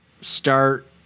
start